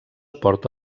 porta